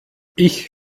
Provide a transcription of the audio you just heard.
ich